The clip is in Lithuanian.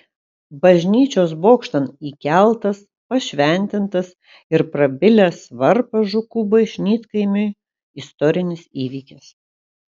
bažnyčios bokštan įkeltas pašventintas ir prabilęs varpas žukų bažnytkaimiui istorinis įvykis